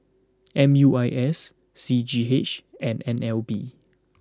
M U I S C G H and N L B